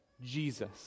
Jesus